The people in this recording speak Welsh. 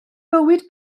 bywyd